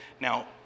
Now